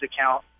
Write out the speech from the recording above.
account